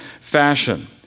fashion